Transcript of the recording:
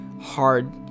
hard